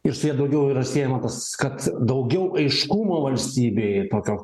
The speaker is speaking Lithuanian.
ir su ja daugiau yra siejama tas kad daugiau aiškumo valstybėj tokio